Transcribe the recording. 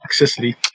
toxicity